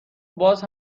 باز